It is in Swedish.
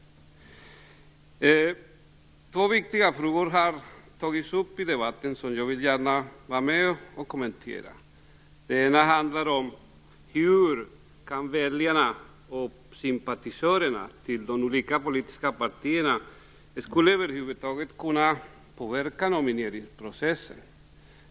Två viktiga frågor har tagits upp i debatten som jag gärna vill kommentera. Den ena handlar om hur väljarna och sympatisörerna till de olika politiska partierna över huvud taget skall kunna påverka nomineringsprocessen.